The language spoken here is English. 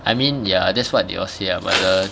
I mean ya that's what they will say lah but the